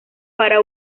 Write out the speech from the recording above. para